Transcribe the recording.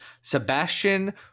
Sebastian